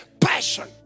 passion